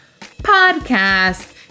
podcast